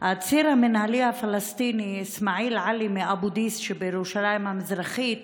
העציר המינהלי הפלסטיני אסמאעיל עלי מאבו דיס שבירושלים המזרחית